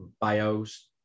bios